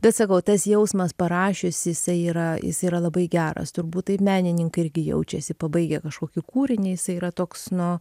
bet sakau tas jausmas parašius jisai yra jis yra labai geras turbūt taip menininkai irgi jaučiasi pabaigę kažkokį kūrinį jisai yra toks nu